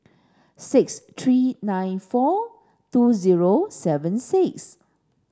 six three nine four two zero seven six